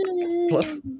plus